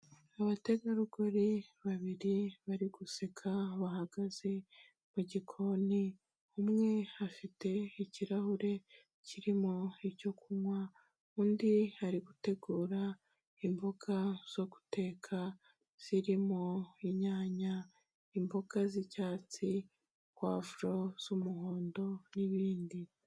Abategarugori babiri bari guseka bahagaze mu gikoni, umwe afite ikirahure kirimo icyo kunywa undi ari gutegura imboga zo guteka zirimo, inyanya, imboga z'icyatsi, pavuro z'umuhondo n'ibindi.